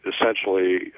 essentially